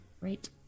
right